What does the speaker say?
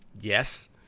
yes